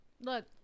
Look